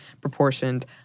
proportioned